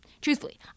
truthfully